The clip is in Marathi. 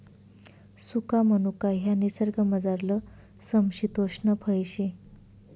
सुका मनुका ह्या निसर्गमझारलं समशितोष्ण फय शे